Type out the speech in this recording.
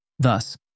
Thus